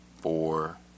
four